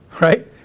right